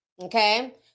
Okay